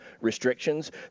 restrictions